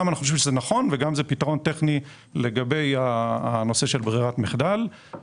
אנחנו חושבים שזה נכון וגם זה פתרון טכני לגבי נושא ברירת המחדל.